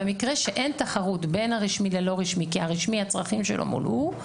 במקרה שאין תחרות בין הרשמי ללא רשמי כי הרשמי הצרכים שלו מולאו,